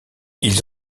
ils